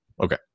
Okay